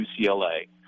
UCLA